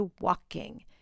walking